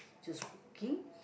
just walking